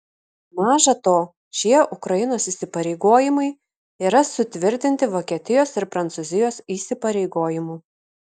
maža to šie ukrainos įsipareigojimai yra sutvirtinti vokietijos ir prancūzijos įsipareigojimų